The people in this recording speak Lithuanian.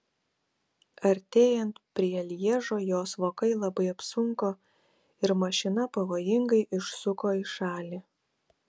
artėjant prie lježo jos vokai labai apsunko ir mašina pavojingai išsuko į šalį